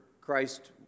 Christ